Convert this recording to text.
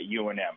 UNM